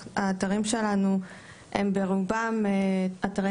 האתרים שלנו הם ברובם אתרי